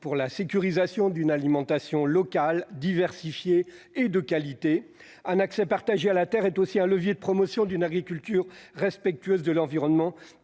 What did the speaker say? pour la sécurisation d'une alimentation locale diversifiée et de qualité. Un accès partagé à la terre est aussi un levier de promotion d'une agriculture respectueuse de l'environnement